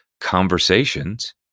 conversations